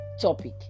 topic